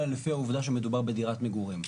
אלא לפי העובדה שמדובר בדירת מגורים.